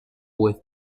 with